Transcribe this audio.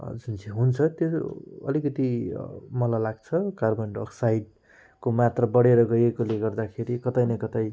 जुन चाहिँ हुन्छ त्यो अलिकति मलाई लाग्छ कार्बन डाइअक्साइडको मात्रा बढेर गएकोले गर्दाखेरि कतै न कतै